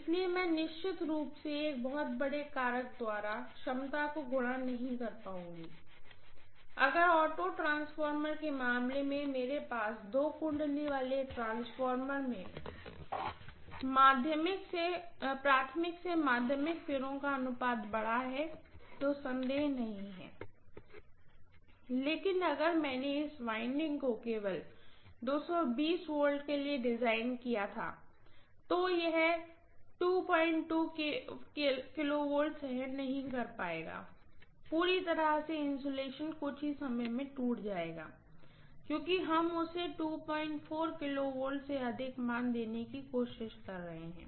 इसलिए मैं निश्चित रूप से एक बहुत बड़े कारक द्वारा क्षमता को गुणा नहीं कर पाऊँगी अगर ऑटो ट्रांसफार्मर के मामले में मेरे पास दो वाइंडिंग वाले ट्रांसफार्मर में प्राइमरी से सेकेंडरी फेरों का अनुपात बड़ा है तो संदेह नहीं है लेकिन अगर मैंने इस वाइंडिंग को केवल V के लिए डिज़ाइन किया था तो यह kV सहन नहीं कर पायेगा पूरी तरह से इन्सुलेशन कुछ ही समय में टूट जाएगा क्योंकि हम उसे KV से अधिक मान देने की कोशिश कर रहे हैं